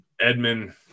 Edmund